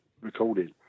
recording